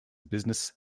business